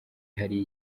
hari